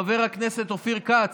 חבר הכנסת אופיר כץ,